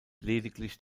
lediglich